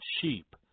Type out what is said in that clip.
sheep